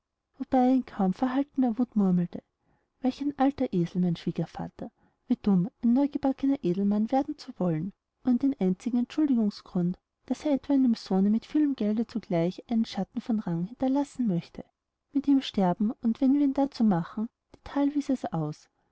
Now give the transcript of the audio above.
wuth murmelte welch ein alter esel mein schwiegervater wie dumm ein neugebackner edelmann werden zu wollen ohne den einzigen entschuldigungsgrund daß er etwa einem sohne mit vielem gelde zugleich einen schatten von rang hinterlassen möchte mit ihm sterben wenn wir ihn dazu machen die thalwiese's aus